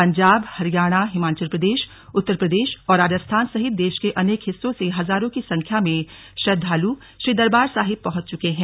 पंजाब हरियाणा हिमाचल प्रदेश उत्तर प्रदेश और राजस्थान सहित देश के अनेक हिस्सों से हजारों की संख्या में श्रद्वालु श्री दरबार साहिब पहुंच चुके हैं